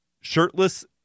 shirtless